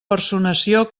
personació